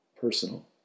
personal